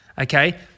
okay